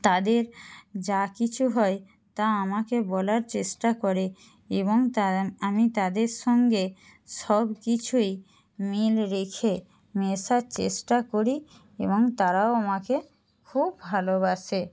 তাদের যা কিছু হয় তা আমাকে বলার চেষ্টা করে এবং তা আমি তাদের সঙ্গে সব কিছুই মিল রেখে মেশার চেষ্টা করি এবং তারাও আমাকে খুব ভালোবাসে